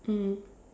mm